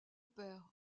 père